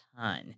ton